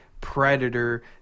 predator